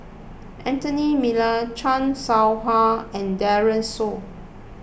Anthony Miller Chan Soh Ha and Daren Shiau